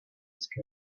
scared